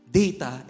data